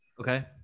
Okay